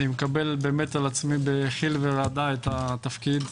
אני מקבל על עצמי בחיל וברעדה את התפקיד.